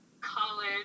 college